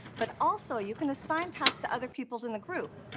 but also you can assign tasks to other people in the group.